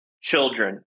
children